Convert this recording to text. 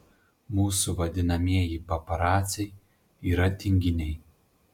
mūsų vadinamieji paparaciai yra tinginiai